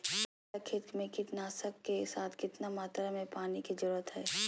पांच कट्ठा खेत में कीटनाशक के साथ कितना मात्रा में पानी के जरूरत है?